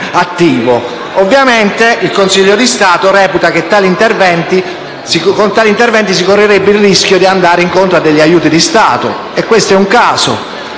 ovviamente il Consiglio di Stato reputa che con tali interventi si correrebbe il rischio di andare incontro a degli aiuti di Stato. Questo è un caso,